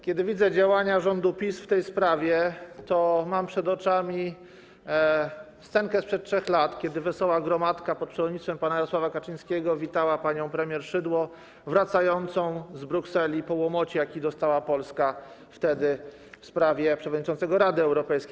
Kiedy widzę działania rządu PiS w tej sprawie, to mam przed oczami scenkę sprzed 3 lat, kiedy wesoła gromadka pod przewodnictwem pana Jarosława Kaczyńskiego witała panią premier Szydło wracającą z Brukseli po łomocie, jaki dostała wtedy Polska w sprawie przewodniczącego Rady Europejskiej.